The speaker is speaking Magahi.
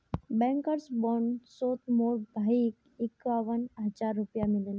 बैंकर्स बोनसोत मोर भाईक इक्यावन हज़ार रुपया मिलील